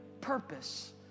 Purpose